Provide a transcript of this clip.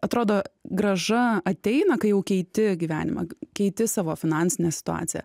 atrodo grąža ateina kai jau keiti gyvenimą keiti savo finansinę situaciją